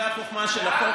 זאת החוכמה של החוק.